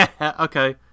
okay